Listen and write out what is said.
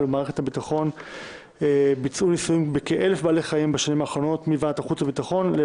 ומערכת הביטחון ביצעו ניסויים בכ-1,000 בעלי חיים בשנים האחרונות" מוועדת